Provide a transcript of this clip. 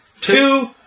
two